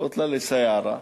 "אטלע ל-סּיארה",